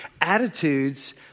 attitudes